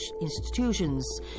institutions